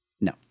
No